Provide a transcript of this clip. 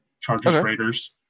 Chargers-Raiders